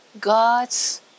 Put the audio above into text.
God's